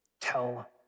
Tell